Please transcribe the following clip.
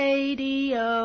Radio